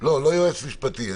לא יועץ משפטי.